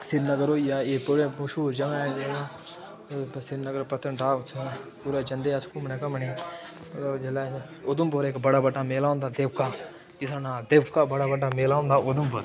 श्रीनगर होई गेआ एह् बड़ी मश्हूर जगह् ऐ श्रीनगर पत्नीटाप पूरा जंदे हे अस घूमने घामने ई मतलब जिसलै अस उधमपुर बड़ा बड्डा मेला होंदा ऐ देवका जिसदा नांऽ देवका बड़ा बड्डा मेला होंदा उधमपुर